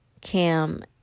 Cam